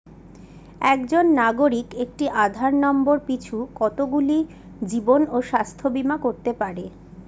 একজন নাগরিক একটি আধার নম্বর পিছু কতগুলি জীবন ও স্বাস্থ্য বীমা করতে পারে?